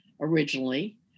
originally